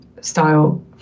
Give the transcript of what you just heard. style